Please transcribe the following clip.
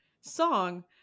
song